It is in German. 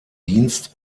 dienst